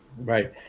right